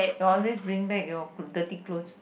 you always bring back your dirty clothes